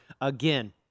again